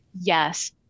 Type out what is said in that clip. yes